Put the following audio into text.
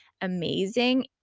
amazing